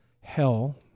hell